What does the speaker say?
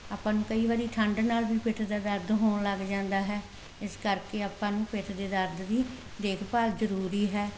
ਆਪਾਂ ਨੂੰ ਕਈ ਵਾਰੀ ਠੰਡ ਨਾਲ ਵੀ ਪਿੱਠ ਦਾ ਦਰਦ ਹੋਣ ਲੱਗ ਜਾਂਦਾ ਹੈ ਇਸ ਕਰਕੇ ਆਪਾਂ ਨੂੰ ਪਿੱਠ ਦੇ ਦਰਦ ਦੀ ਦੇਖਭਾਲ ਜ਼ਰੂਰੀ ਹੈ